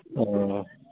ᱚᱻ